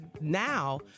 now